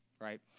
right